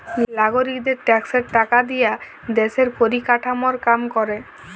লাগরিকদের ট্যাক্সের টাকা দিয়া দ্যশের পরিকাঠামর কাম ক্যরে